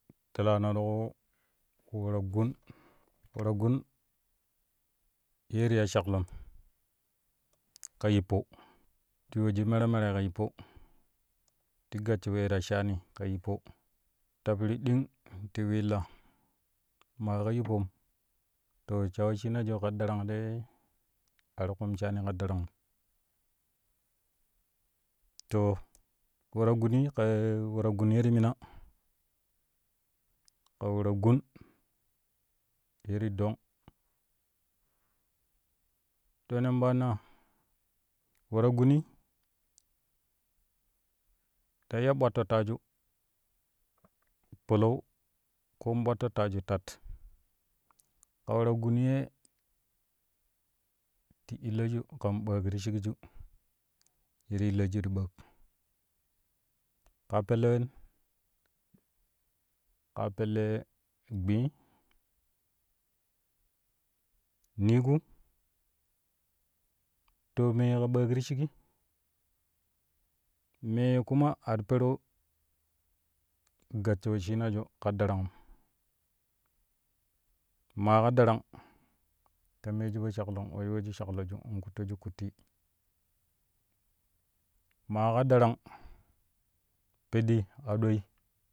Telaano ti ku kuwe we-ta-gun, we-ta-gun yee ti ya shaklom ka yippo ti yoojui mere mere ka yippo ti gassho wee ta shaani ka yippo ta piri ɗing ti willa ma ka yippom to sha wesshimaji ka darang te a ti kum shaani ka darangum to we-ta-guni ka ye we-ta-gun ye ti mina ka we-ta-gun ye ti doong to nan bwana we-ta-guni ta iya bwatto taaju palau koon bwatto taaju tat ka we-ta-gun ye ti illoju kan ɓaak ti shikl ye ti illoju to ɓaak kaa pelle wen kaa pelle gbii, nigu to mee ye ka ɓaak ri shigi mee kuma a ti peru gassho wesshinaju ka darangum maa ka darang ta meeju po shaklo wa yooju shakloju in kuufoju kuttii maa ka darang peddi adoi.